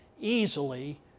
easily